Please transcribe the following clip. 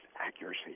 accuracy